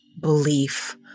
belief